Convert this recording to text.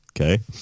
okay